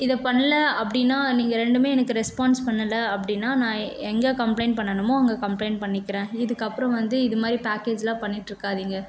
இதை பண்ணல அப்படின்னா நீங்கள் ரெண்டுமே எனக்கு ரெஸ்பான்ஸ் பண்ணலை அப்படின்னா நான் எங்கே கம்ப்ளைண்ட் பண்ணணுமோ அங்கே கம்ப்ளைண்ட் பண்ணிக்கிறேன் இதுக்கப்புறம் வந்து இதுமாதிரி பேக்கேஜெலாம் பண்ணிகிட்ருக்காதீங்க